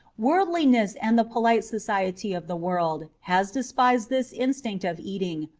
worldliness and the polite society of the world has despised this instinct of eating,